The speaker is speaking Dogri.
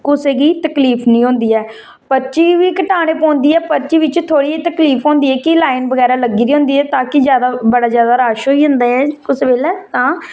और कुसै गी तकलीफ नेई होंदी पर्ची बी कटानी पौंदी ऐ पर्ची बिच थोह्ड़ी जेही तकलीफ होंदी ऐ कि लाइन बगैरा लग्गी दी होंदी ऐ ताकि बड़ा ज्यादा रश होई जंदा ऐ कुसै बेल्ले तां